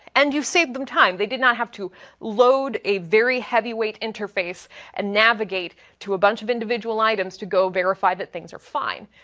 and you've saved them time. they did not have to load a very heavy weight interface and navigate to a bunch of individual items to go verify that things are fine.